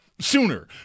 sooner